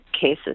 cases